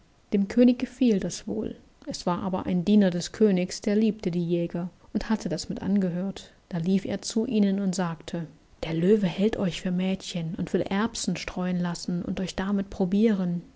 dem könig gefiel das wohl es war aber ein diener des königs der liebte die jäger und hatte das mit angehört da lief er zu ihnen und sagte der löwe hält euch für mädchen und will erbsen streuen lassen und euch damit probiren